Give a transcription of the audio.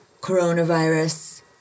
coronavirus